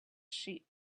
sheep